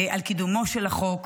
על קידומו של החוק,